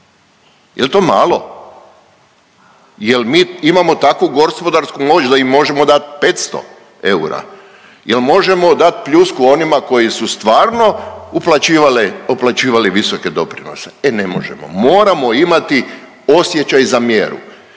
Je li to malo? Je li mi imamo takvu gospodarsku moć da im možemo dati 500 eura? Je li možemo dati pljusku onima koji su stvarno uplaćivali visoke doprinose? E ne možemo. Moramo imati osjećaj za mjeru.